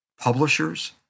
publishers